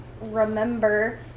remember